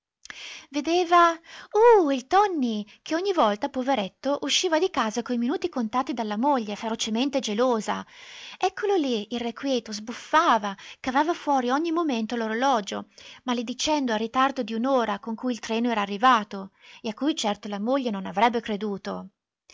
vedeva uh il tonni che ogni volta poveretto usciva di casa coi minuti contati dalla moglie ferocemente gelosa eccolo lì irrequieto sbuffava cavava fuori ogni momento l'orologio maledicendo al ritardo di un'ora con cui il treno era arrivato e a cui certo la moglie non avrebbe creduto